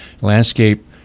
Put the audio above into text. landscape